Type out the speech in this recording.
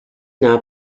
now